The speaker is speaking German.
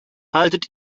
haltet